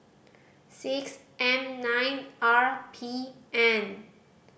six M nine R P N